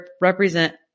represent